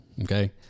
Okay